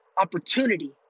opportunity